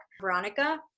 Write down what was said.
Veronica